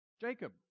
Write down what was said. Jacob